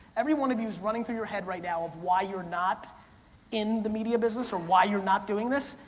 every one of you's running through your head right now of why you're not in the media business or why you're not doing this,